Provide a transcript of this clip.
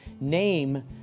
name